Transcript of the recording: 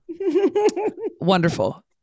wonderful